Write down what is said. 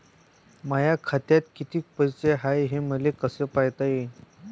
माया खात्यात कितीक पैसे हाय, हे मले कस पायता येईन?